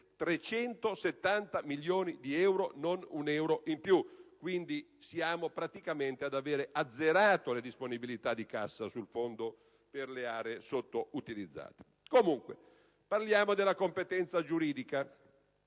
370 milioni di euro e non un euro in più. Quindi, siamo praticamente ad aver azzerato le disponibilità di cassa sul Fondo per le aree sottoutilizzate. Comunque, parliamo della competenza giuridica.